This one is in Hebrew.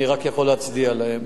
אני רק יכול להצדיע להם.